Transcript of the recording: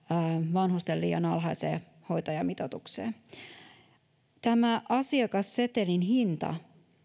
vanhusten liian alhaiseen hoitajamitoitukseen tämän asiakassetelin hinta